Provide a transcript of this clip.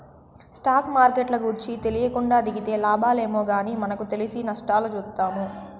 stock మార్కెట్ల గూర్చి తెలీకుండా దిగితే లాబాలేమో గానీ మనకు తెలిసి నష్టాలు చూత్తాము